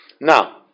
now